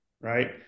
right